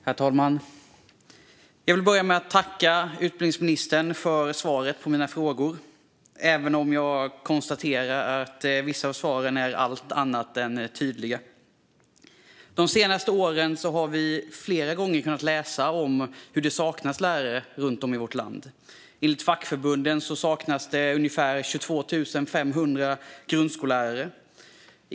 Herr talman! Jag vill börja med att tacka utbildningsministern för svaret på mina frågor, även om jag konstaterar att vissa av svaren är allt annat än tydliga. De senaste åren har vi flera gånger kunnat läsa om att det saknas lärare runt om i vårt land. Enligt fackförbunden saknas det ungefär 22 500 grundskollärare.